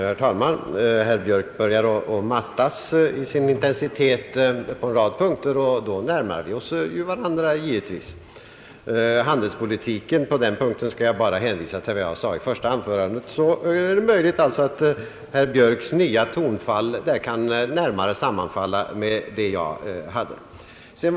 Herr talman! Herr Björk börjar att mattas i sin intensitet på en rad punkter, och då närmar vi oss givetvis varandra. Beträffande <handelspolitiken skall jag bara hänvisa till vad jag sade i mitt första anförande. Det är kanske möjligt att herr Björks nya tonfall närmare kan sammanfalla med vad jag hade att säga.